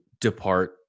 depart